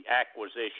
acquisition